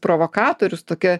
provokatorius tokia